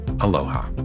aloha